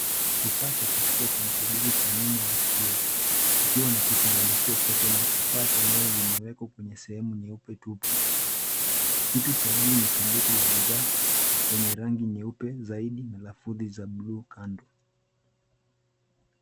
Kifaa cha kusikia cha msaidizi cha nyuma ya sikio ikiwa na kifunganishio chake na kifaa chenyewe vimewekwa kwenye sehemu nyeupe tupu. Kitu cha juu ni sanduku la bidhaa lenye rangi nyeupe zaidi na lafudhi za buluu kando.